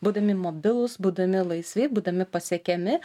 būdami mobilūs būdami laisvi būdami pasiekiami